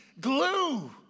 glue